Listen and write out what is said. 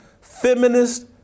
feminist